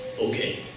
okay